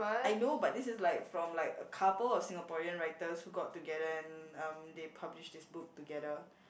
I know but this is like from like a couple of Singaporean writers who got together and um they published this book together